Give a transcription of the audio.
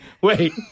Wait